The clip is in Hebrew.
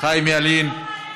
חיים ילין,